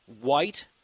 white